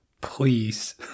Please